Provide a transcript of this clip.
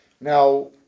Now